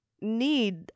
need